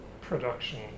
production